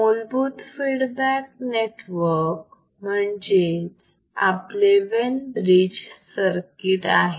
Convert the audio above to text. मूलभूत feedback network म्हणजेच आपले वेन ब्रिज सर्किट आहे